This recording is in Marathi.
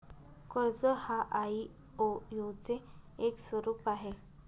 कर्ज हा आई.ओ.यु चे एक स्वरूप आहे